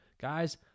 Guys